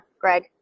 Greg